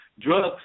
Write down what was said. drugs